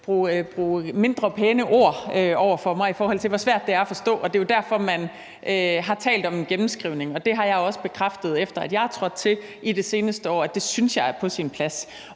bruge mindre pæne ord over for mig, i forhold til hvor svær den er at forstå. Det er jo derfor, man har talt om en gennemskrivning. Det har jeg også bekræftet, efter jeg er trådt til i det seneste år, at jeg synes er på sin plads.